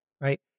Right